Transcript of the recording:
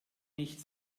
nicht